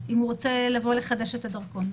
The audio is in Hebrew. אם הוא רוצה לבוא לחדש את הדרכון.